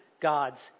God's